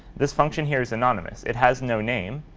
this function here is anonymous. it has no name,